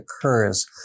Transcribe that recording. occurs